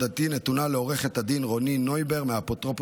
תודתי נתונה לעוד" רוני נויבואר מהאפוטרופוס